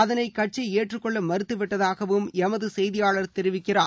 அதனை கட்சி ஏற்றுக்கொள்ள மறுத்து விட்டதாகவும் எமது செய்தியாளர் தெரிவிக்கிறார்